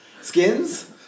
Skins